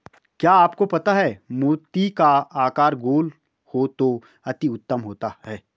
क्या आपको पता है मोती का आकार गोल हो तो अति उत्तम होता है